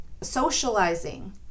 socializing